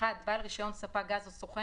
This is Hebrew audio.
בעל רישיון ספק גז או סוכן,